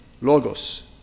Logos